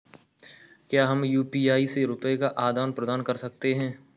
क्या हम यू.पी.आई से रुपये का आदान प्रदान कर सकते हैं?